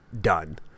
Done